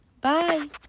Bye